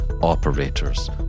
operators